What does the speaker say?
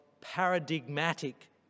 paradigmatic